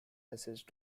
assessed